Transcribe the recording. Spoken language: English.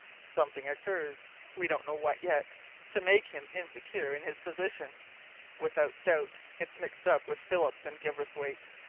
something occurs we don't know what, yet to make him insecure in his position without doubt, it's mixed up with phillips and gilverthwaite,